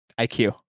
IQ